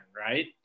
Right